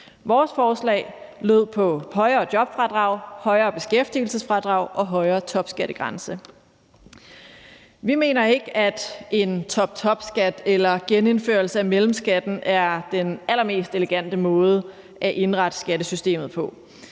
Vores forslag lød på højere jobfradrag, højere beskæftigelsesfradrag og højere topskattegrænse. Vi mener ikke, at en toptopskat eller genindførelse af mellemskatten er den allermest elegante måde at indrette skattesystemet på.